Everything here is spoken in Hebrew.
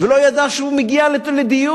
ולא ידע שהוא מגיע לדיור.